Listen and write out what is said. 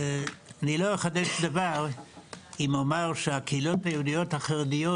לא אחדש דבר אם אומר שהקהילות היהודיות החרדיות